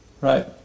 Right